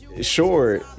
sure